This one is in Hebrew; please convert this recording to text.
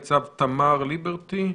סנ"צ תמר לליברטי,